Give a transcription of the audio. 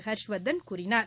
ஹர்ஷ்வர்தன் கூறினார்